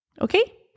Okay